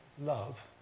love